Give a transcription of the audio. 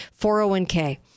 401k